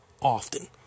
often